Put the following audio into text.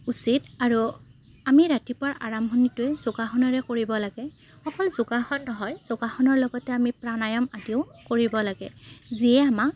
উচিত আৰু আমি ৰাতিপুৱা আৰম্ভণিটোৱে যোগাসনেৰে কৰিব লাগে অকল যোগাসন নহয় যোগাসনৰ লগতে আমি প্ৰাণায়াম আদিও কৰিব লাগে যিয়ে আমাক